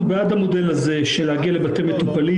אנחנו בעד המודל הזה של להגיע לבתי מטופלים